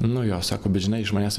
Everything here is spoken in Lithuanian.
nu jo sako bet žinai iš manęs